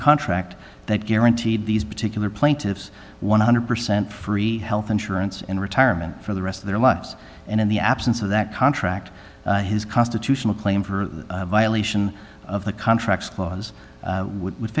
contract that guaranteed these particular plaintiffs one hundred percent free health insurance and retirement for the rest of their lives and in the absence of that contract his constitutional claim for violation of the contracts clause would